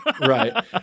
Right